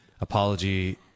Apology